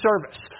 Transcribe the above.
service